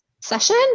session